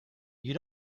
you